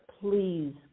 please